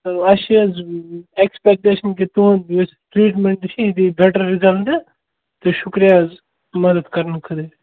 تہٕ اَسہِ چھِ حظ ایٚکسپیٚکٹیشَن کہِ تُہُنٛد یُس ٹرٛیٖٹمٮ۪نٛٹ چھُ یہِ دِیہِ بیٚٹَر رِزَلٹہٕ تہٕ شُکریہ حظ مَدَد کَرنہٕ خٲطرٕ